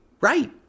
Right